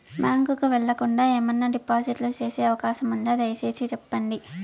Bank కు వెళ్లకుండా, ఏమన్నా డిపాజిట్లు సేసే అవకాశం ఉందా, దయసేసి సెప్పండి?